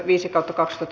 keskustelu päättyi